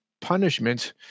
punishment